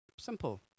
Simple